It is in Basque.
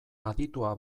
aditua